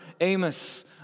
Amos